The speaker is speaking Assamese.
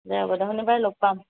দে হ'ব দে শনিবাৰে লগ পাম